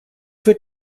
wird